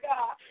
God